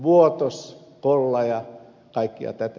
vuotos kollaja kaikkea tätä